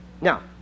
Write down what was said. Now